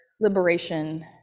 liberation